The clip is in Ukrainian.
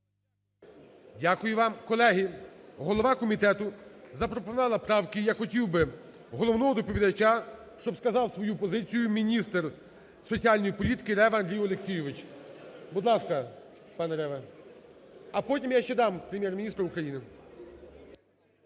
Дякую вам. Колеги, голова комітету запропонувала правки. Я хотів би головного доповідача, щоб сказав свою позицію міністр соціальної політики Рева Андрій Олексійович. Будь ласка, пане Рева. А потім я ще дам Прем'єр-міністру України.